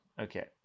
okay